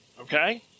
Okay